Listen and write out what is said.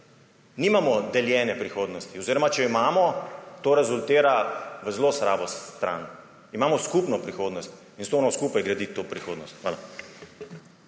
nimamo deljene prihodnosti, oziroma če jo imamo, to rezultira v zelo slabo stran. Imamo skupno prihodnost in zato moramo skupaj graditi to prihodnost. Hvala.